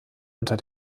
unter